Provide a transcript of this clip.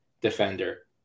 defender